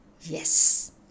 Yes